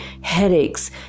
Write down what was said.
headaches